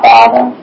Father